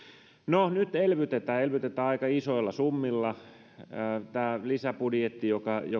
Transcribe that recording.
no nyt elvytetään elvytetään aika isoilla summilla tämä lisäbudjetti